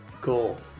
cool